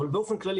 אבל באופן כללי,